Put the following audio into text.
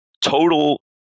total